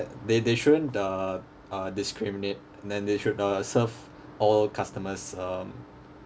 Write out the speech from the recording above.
uh they they shouldn't uh uh discriminate then they should serve all customers um